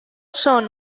són